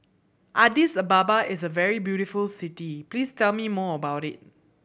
Addis Ababa is a very beautiful city please tell me more about it